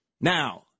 Now